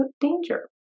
danger